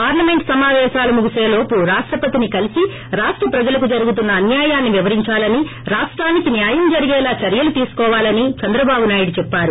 parliament సమాపేశాలు ముగిసేలోపు రాష్లపతిని కలిసి రాష్ట ప్రజలకు జరుగుతన్న అన్యాయాన్ని వివరించాలని రాష్టానికి న్యాయం జరిగేలా చర్యలు తీసుకోవాలని కోరాలని చంద్రబాబు నాయుడు చెప్పారు